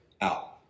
out